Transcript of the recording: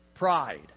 Pride